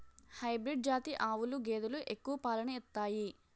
hybrid జాతి ఆవులు గేదెలు ఎక్కువ పాలను ఇత్తాయి